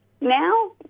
now